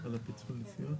בבקשה.